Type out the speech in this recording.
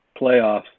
playoffs